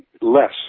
less